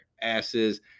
asses